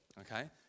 okay